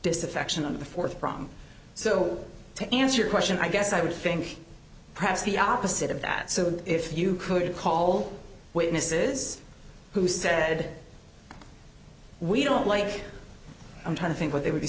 disaffection on the fourth from so to answer your question i guess i would think perhaps the opposite of that so if you could call witnesses who said we don't like i'm trying to think what they would